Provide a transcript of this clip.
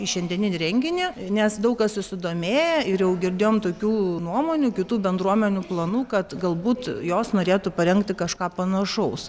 į šiandieninį renginį nes daug kas susidomėjo ir jau girdėjom tokių nuomonių kitų bendruomenių planų kad galbūt jos norėtų parengti kažką panašaus